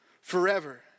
forever